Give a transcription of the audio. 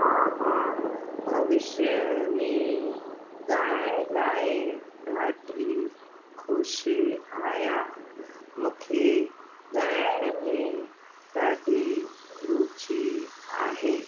हा मां भविष्य में ॻाइण लाइ ॾाढी ख़ुशि आहियां मूंखे ॻाइण में ॾाढी रुची आहे